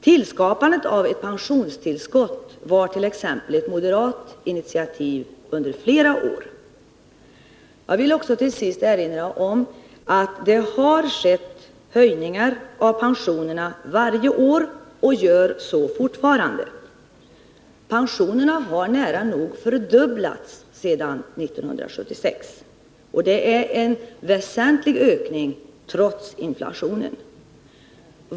Tillskapandet av ett pensionstillskott var t.ex. ett moderat initiativ under flera år. Jag vill också till sist erinra om att höjningar av pensionerna har skett varje år — och sker fortfarande. Pensionerna har nära nog fördubblats sedan 1976, och det är en väsentlig ökning trots inflationen.